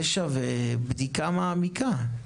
זה שווה בדיקה מעמיקה.